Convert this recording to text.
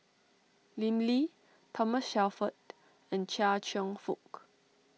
Lim Lee Thomas Shelford and Chia Cheong Fook